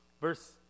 Verse